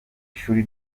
ishuri